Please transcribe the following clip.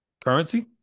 currency